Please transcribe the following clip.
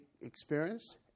experience